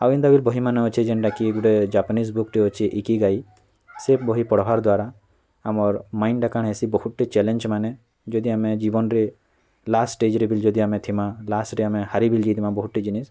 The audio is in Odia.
ଆଉ ଏନ୍ତା କରି ବହିମାନେ ଅଛେ ଯେନ୍ଟାକି ଗୁଟେ ଜାପାନୀସ୍ ବୁକ୍ଟେ ଅଛି ଏ କି ଗାଈ ସେ ବହି ପଢ଼ବାର୍ ଦ୍ଵାରା ଆମର୍ ମାଇଣ୍ଡକେ କାଣା ହେସି ବହୁଟେ ଚାଲେଞ୍ମାନେ ଯଦି ଆମେ ଜୀବନ୍ରେ ଲାଷ୍ଟ ଷ୍ଟେଜ୍ରେ ବି ଯଦି ଆମେ ଥିମା ଲାଷ୍ଟରେ ଆମେ ହାରି ବି ଯାଇଥିବା ବହୁଟେ ଜିନିଷ୍